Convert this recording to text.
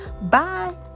Bye